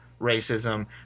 racism